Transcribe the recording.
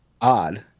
Odd